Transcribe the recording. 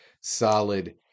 solid